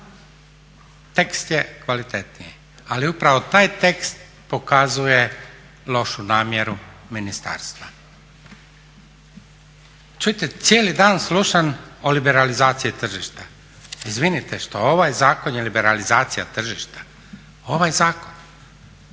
tekst je kvalitetniji ali upravo taj tekst pokazuje lošu namjeru ministarstva. Čujte cijeli dan slušam o liberalizaciji tržišta. Izvinite što ovaj zakon je liberalizacija tržišta? Ovaj zakon?